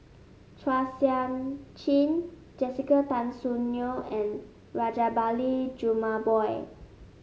Chua Sian Chin Jessica Tan Soon Neo and Rajabali Jumabhoy